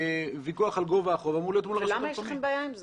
למה יש לכם בעיה עם זה?